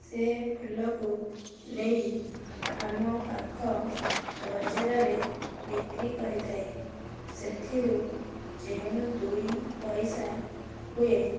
ସେ ଫୁଲକୁ ନେଇ ଆମ ପାଖ ବଜାରରେ ବିକ୍ରି କରିଥାଏ ସେଥିରୁ ଯେଉଁ ଦୁଇ ପଇସା ହୁଏ